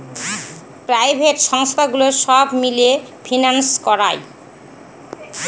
private সংস্থাগুলো সব মিলে ফিন্যান্স করায়